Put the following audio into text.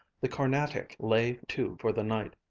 the carnatic lay to for the night.